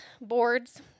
boards